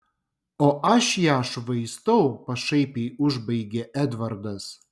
o aš ją švaistau pašaipiai užbaigė edvardas